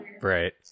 Right